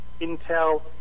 Intel